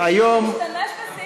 אדוני היושב-ראש, להשתמש בסעיף